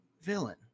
villain